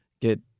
get